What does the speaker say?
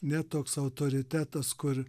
ne toks autoritetas kur